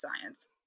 science